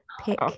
pick